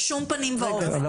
בשום פנים ואופן.